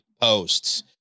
posts